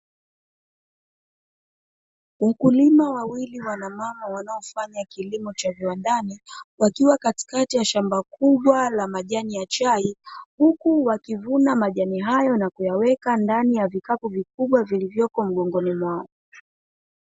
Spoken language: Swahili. Wakulima wawili wanamama, wanaofanya kilimo cha viwandani, wakiwa katikati ya shamba kubwa la majani ya chai, huku wakivuna majani hayo na kuyaweka ndani ya vikapu vikubwa, vilivyoko mgongoni mwao.